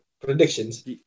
predictions